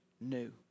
new